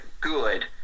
good